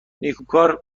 نیکوکار